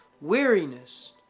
Weariness